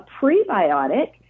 prebiotic